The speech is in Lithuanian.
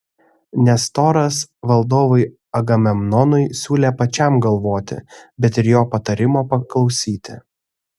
nestoras valdovui agamemnonui siūlė pačiam galvoti bet ir jo patarimo paklausyti